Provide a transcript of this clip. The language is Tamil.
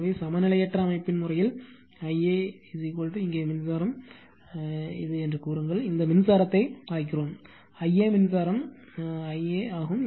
எனவே சமநிலையற்ற அமைப்பின் முறையில் Ia இங்கே மின்சாரம் என்று கூறுங்கள் இந்த மின்சாரத்தை அழைக்கிறோம் இது Ia மின்சாரம் எனவே இந்த மின்சாரம் Ia ஆகும்